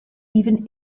even